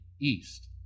east